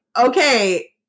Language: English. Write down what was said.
okay